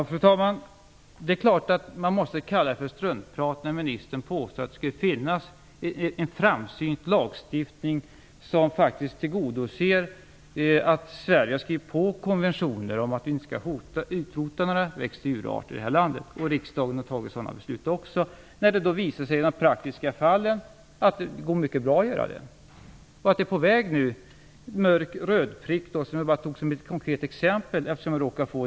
Fru talman! Man måste naturligtvis kalla det för struntprat. Ministern påstår att det finns en framsynt lagstiftning som faktiskt tillgodoser kraven, att Sverige har skrivit på konventioner om att vi inte skall utrota några växt och djurarter i det här landet samt att riksdagen fattat sådana beslut. Men det visar sig att det i praktiken går mycket bra att göra det. Jag tog mörk rödprick som ett konkret exempel.